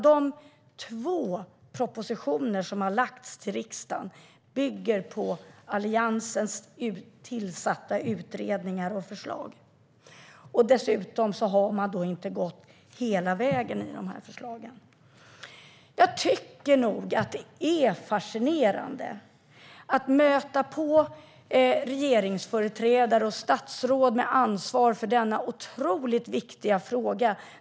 De två propositioner som har lagts fram till riksdagen bygger på Alliansens tillsatta utredningar och förslag. Dessutom har man inte gått hela vägen i de här förslagen. Jag tycker att det är fascinerande att möta regeringsföreträdare och statsråd med ansvar för denna otroliga viktiga fråga.